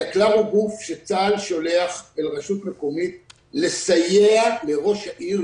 היקל"ר הוא גוף שצה"ל שולח אל רשות מקומיות לסייע לראש העיר.